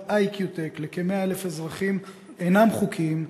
"אי.קיו.טק" לכ-100,000 אזרחים אינם חוקיים,